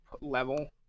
level